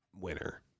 winner